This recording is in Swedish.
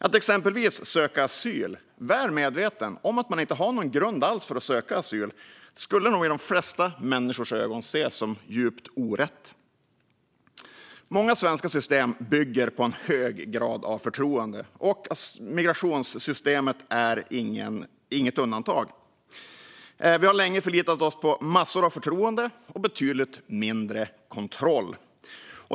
Att exempelvis söka asyl väl medveten om att man inte har någon grund för det skulle nog i de flesta människors ögon ses som djupt orätt. Många svenska system bygger på en hög grad av förtroende, och migrationssystemet är inget undantag. Vi har länge förlitat oss på massor av förtroende och betydligt mindre kontroll.